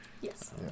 Yes